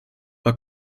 were